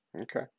Okay